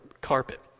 carpet